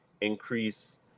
increase